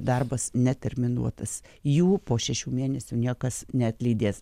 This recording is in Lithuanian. darbas neterminuotas jų po šešių mėnesių niekas neatlydės